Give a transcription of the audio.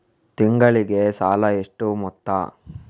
ತಿಂಗಳಿಗೆ ಸಾಲ ಎಷ್ಟು ಮೊತ್ತ?